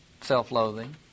self-loathing